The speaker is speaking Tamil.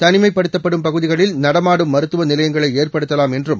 தனிமைப்படுத்தப்படும் பகுதிகளில் நடமாடும் மருத்துவ நிலையங்களை ஏற்படுத்தலாம் என்றும்